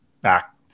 back